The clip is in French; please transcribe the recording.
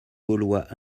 gaulois